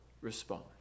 respond